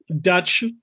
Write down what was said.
Dutch